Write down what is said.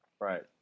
right